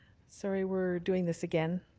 sorry, we're doing this again.